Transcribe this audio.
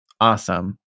Awesome